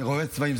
יורה צבעים.